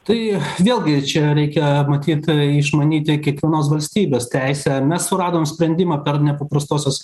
tai vėlgi čia reikia matyt išmanyti kiekvienos valstybės teisę mes suradom sprendimą per nepaprastosios